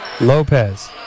Lopez